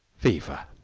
fever.